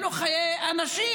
אלו חיי אנשים.